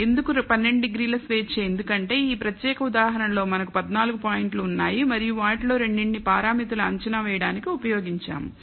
ఎందుకు 12 డిగ్రీలు స్వేచ్ఛ ఎందుకంటే ఈ ప్రత్యేక ఉదాహరణలో మనకు పద్నాలుగు పాయింట్లు ఉన్నాయి మరియు వాటిలో రెండింటిని పారామితులు అంచనా వేయడానికి ఉపయోగించాము